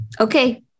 Okay